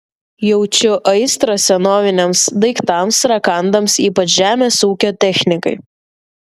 jaučiu aistrą senoviniams daiktams rakandams ypač žemės ūkio technikai